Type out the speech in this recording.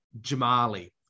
jamali